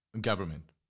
government